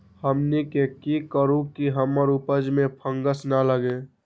हमनी की करू की हमार उपज में फंगस ना लगे?